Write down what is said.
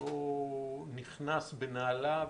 לא נכנס בנעליו.